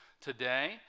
today